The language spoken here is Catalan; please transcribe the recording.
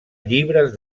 llibres